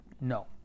no